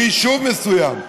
מיישוב מסוים.